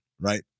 right